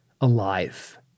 alive